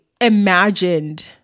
imagined